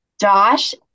Josh